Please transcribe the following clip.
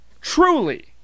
truly